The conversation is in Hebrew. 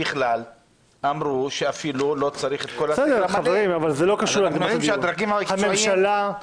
וזה היה כשהפגנו עם הסטודנטים נגד ממשלת אולמרט.